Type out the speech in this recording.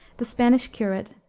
the spanish curate,